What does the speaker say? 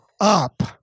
up